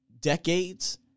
decades